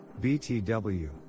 BTW